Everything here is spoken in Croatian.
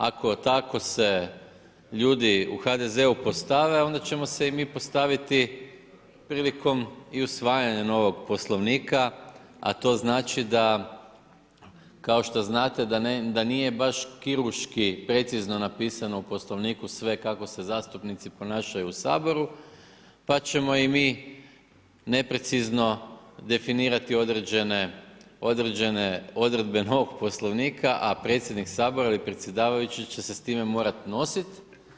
Ako tako se ljudi u HDZ-u postave onda ćemo se i mi postaviti prilikom usvajanja novog Poslovnika, a to znači da kao što znate da nije baš kirurški precizno napisano u Poslovniku sve kako se zastupnici ponašaju u Saboru, pa ćemo i mi neprecizno definirati određene odredbe novog Poslovnika, a predsjednik Sabora ili predsjedavajući će se s time morat nosit.